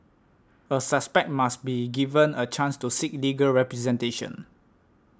a suspect must be given a chance to seek legal representation